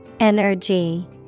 Energy